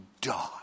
die